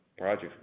projects